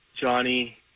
Johnny